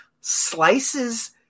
slices